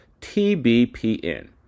TBPN